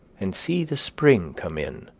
and see the spring come in.